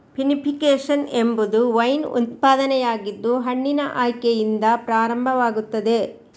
vinification ಎಂಬುದು wine ಉತ್ಪಾದನೆಯಾಗಿದ್ದು ಹಣ್ಣಿನ ಆಯ್ಕೆಯಿಂದ ಪ್ರಾರಂಭವಾಗುತ್ತದೆ